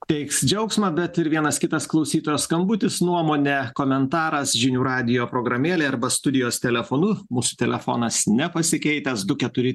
teiks džiaugsmą bet ir vienas kitas klausytojo skambutis nuomonė komentaras žinių radijo programėlėje arba studijos telefonu mūsų telefonas nepasikeitęs du keturi